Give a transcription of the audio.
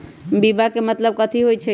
बीमा के मतलब कथी होई छई?